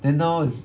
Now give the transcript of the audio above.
then now is